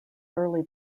early